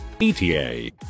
ETA